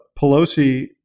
Pelosi